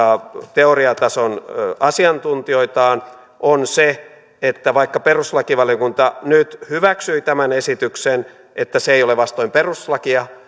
teoriatason asiantuntijoitaan on se että vaikka perustuslakivaliokunta nyt hyväksyi tämän esityksen että se ei ole vastoin perustuslakia